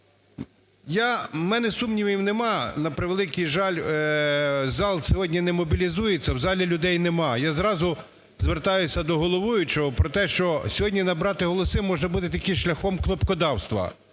у мене сумнівів нема. На превеликий жаль, зал сьогодні не мобілізується, в залі людей нема. Я зразу звертаюся до головуючого про те, що сьогодні набрати голоси можна буде тільки шляхом кнопкодавства.